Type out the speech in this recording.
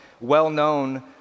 well-known